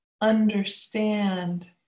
understand